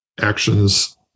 actions